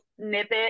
snippet